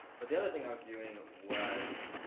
but the other thing i was doing ah was